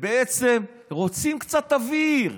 ובעצם רוצים קצת אוויר,